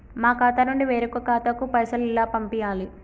మా ఖాతా నుండి వేరొక ఖాతాకు పైసలు ఎలా పంపియ్యాలి?